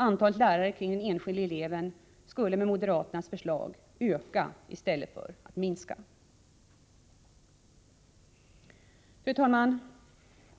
Antalet lärare kring den enskilde eleven skulle med moderaternas förslag öka i stället för att minska. Fru talman!